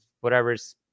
whatever's